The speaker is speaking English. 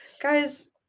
Guys